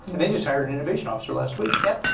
and they just hired an innovation officer last week. yep.